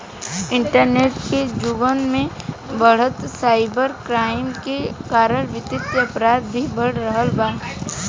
internet के जुग में बढ़त साइबर क्राइम के कारण वित्तीय अपराध भी बढ़ रहल बा